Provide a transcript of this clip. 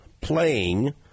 playing